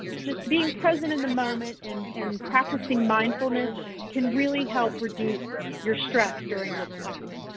just being present in the moment and and practicing mindfulness can really help reduce your stress during this time.